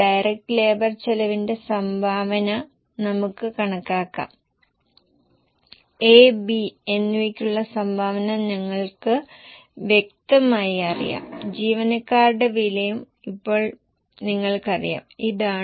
നോക്കൂ പ്രവർത്തനച്ചെലവ് 10 മുതൽ 12 ശതമാനം വരെ വളരാൻ സാധ്യതയുണ്ട് അസംസ്കൃത വസ്തുക്കളുടെ വിലയുടെ കാര്യമോ